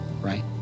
right